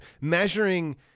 measuring